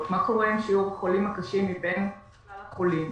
מה קורה עם שיעור החולים הקשים מבין שאר החולים,